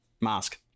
mask